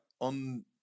on